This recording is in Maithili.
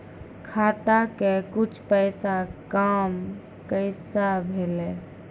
खाता के कुछ पैसा काम कैसा भेलौ?